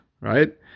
right